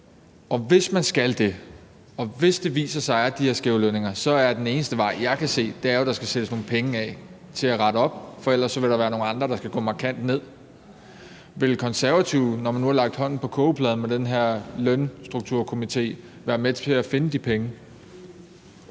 Og hvis man skal det, og hvis det viser sig, at der er de her skæve lønninger, så er den eneste vej, jeg kan se, jo, at der skal sættes nogle penge af til at rette op. For ellers vil der være nogle andre, der skal gå markant ned. Vil Konservative, når man nu har lagt hånden på kogepladen med den her lønstrukturkomité, være med til at finde de penge?